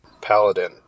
paladin